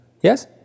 Yes